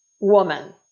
woman